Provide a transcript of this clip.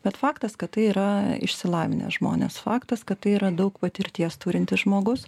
bet faktas kad tai yra išsilavinę žmonės faktas kad tai yra daug patirties turintis žmogus